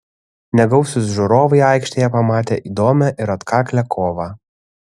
negausūs žiūrovai aikštėje pamatė įdomią ir atkaklią kovą